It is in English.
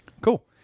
Cool